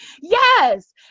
yes